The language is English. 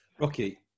Rocky